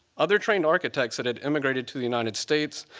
other trained architects that had emigrated to the united states,